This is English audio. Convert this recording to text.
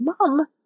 mum